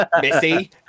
Missy